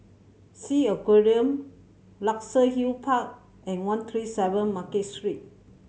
Sea Aquarium Luxus Hill Park and one three seven Market Street